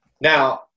Now